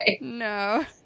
No